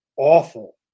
Awful